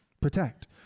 protect